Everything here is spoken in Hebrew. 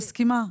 מסכימה.